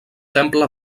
temple